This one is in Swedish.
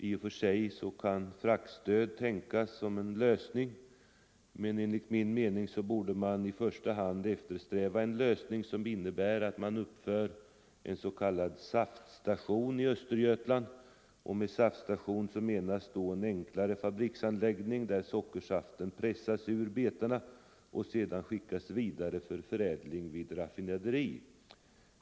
I och för sig kan fraktstöd tänkas, men enligt min mening borde man i första hand eftersträva en lösning som innebär att en s.k. saftstation uppförs i Östergötland. Med saftstation menas en enklare fabriksanläggning där sockersaften pressas ur betorna och sedan skickas vidare för förädling vid raffinaderi.